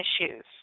issues